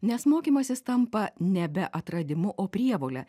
nes mokymasis tampa nebe atradimu o prievole